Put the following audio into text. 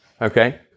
okay